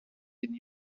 den